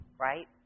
right